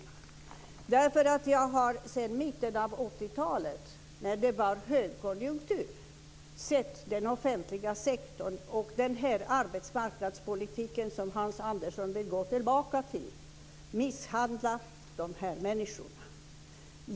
Jo, därför att jag sedan mitten av 80-talet, när det var högkonjunktur, har sett den offentliga sektorn och den arbetsmarknadspolitik som Hans Andersson vill gå tillbaka till misshandla dessa människor.